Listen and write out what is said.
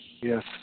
Yes